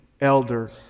elder